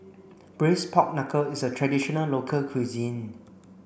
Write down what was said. braised pork knuckle is a traditional local cuisine